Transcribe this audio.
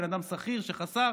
בן אדם שכיר שחסך